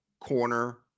corner